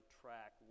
track